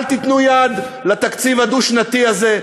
אל תיתנו יד לתקציב הדו-שנתי הזה.